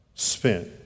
spent